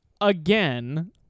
Again